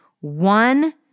one